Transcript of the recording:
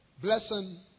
blessing